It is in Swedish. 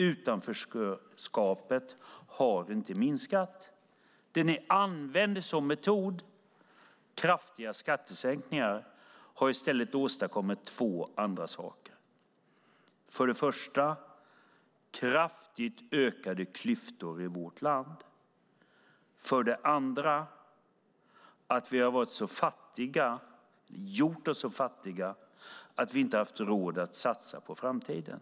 Utanförskapet har inte minskat. Det ni använder som metod, kraftiga skattesänkningar, har i stället åstadkommit två andra saker. För det första är det kraftigt ökade klyftor i vårt land. För det andra har vi gjort oss så fattiga att vi inte har haft råd att satsa på framtiden.